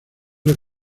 les